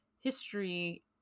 history